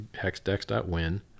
hexdex.win